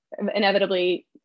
inevitably